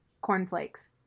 cornflakes